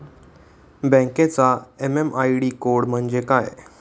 बँकेचा MM ID code म्हणजे काय?